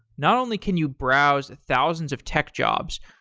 not only can you browse thousands of tech jobs,